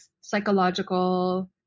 psychological